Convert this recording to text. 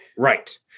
Right